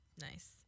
Nice